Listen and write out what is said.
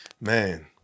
Man